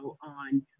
on